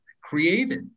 created